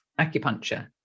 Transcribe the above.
acupuncture